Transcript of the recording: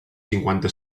cinquanta